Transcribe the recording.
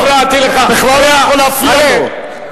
אתה בכלל לא יכול להפריע לו.